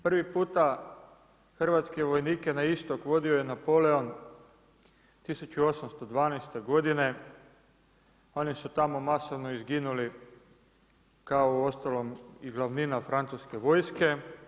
Prva puta hrvatske vojnike na istok vodio je Napoleon 1812. godine, oni su tamo masovno izginuli, kao uostalom i glavnina francuske vojske.